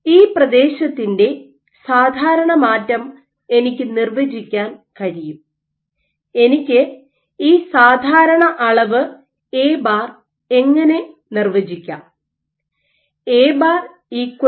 ഈ പ്രദേശത്തിന്റെ സാധാരണ മാറ്റം എനിക്ക് നിർവചിക്കാൻ കഴിയും എനിക്ക് ഈ സാധാരണ അളവ് A̅ ഇങ്ങനെ നിർവചിക്കാം A̅